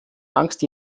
angst